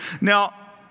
Now